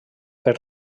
per